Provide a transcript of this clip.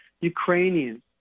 Ukrainians